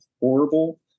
horrible